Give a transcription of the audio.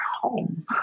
home